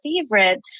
favorite